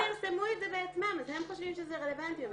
הם פרסמו את זה בעצמם אז הם חושבים שזה רלוונטי אבל